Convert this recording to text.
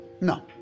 No